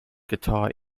guitar